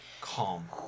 calm